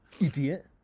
idiot